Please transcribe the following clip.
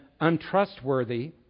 untrustworthy